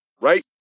Right